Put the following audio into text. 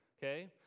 okay